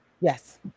Yes